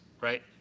right